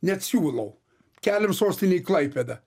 net siūlau keliam sostinę į klaipėdą